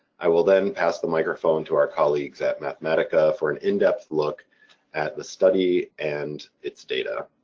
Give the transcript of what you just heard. i will then pass the microphone to our colleagues at mathematica for an in-depth look at the study and its data.